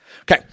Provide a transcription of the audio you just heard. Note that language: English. Okay